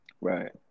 right